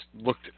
looked